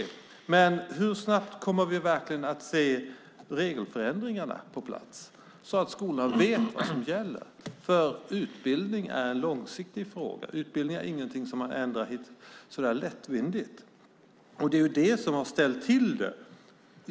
Hur snabbt kommer vi verkligen att se regelförändringarna på plats så att skolan vet vad som gäller? Utbildning är en långsiktig fråga. Utbildning är ingenting som man ändrar lättvindigt. Det är det som har ställt till det.